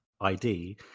ID